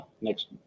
next